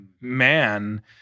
man